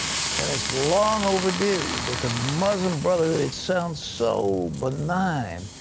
and it is long overdue. but the muslim brotherhood it sounds so benign.